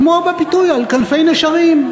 כמו בביטוי "על כנפי נשרים",